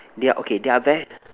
they're okay they're very